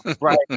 Right